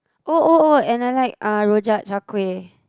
oh oh oh and I like uh rojak char-kway